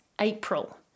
April